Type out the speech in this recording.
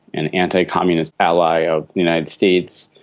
an anti-communist ally of the united states,